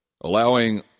allowing